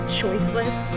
choiceless